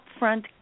upfront